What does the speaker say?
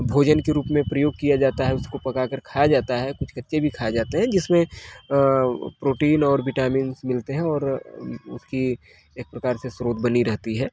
भोजन के रूप में प्रयोग किया जाता है उसको पका कर खाया जाता है कुछ कच्चे भी खाये जाते हैं जिसमें अ प्रोटीन और विटामिन्स मिलते हैं और अ उसकी एक प्रकार से स्रोत बनी रहती है